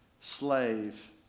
slave